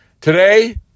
Today